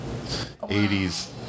80s